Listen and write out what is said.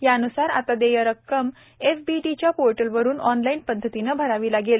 यान्सार आता देय रक्कम फबीडीच्या पोर्टलवरून ऑनलाईन पदधतीनं भरावी लागेल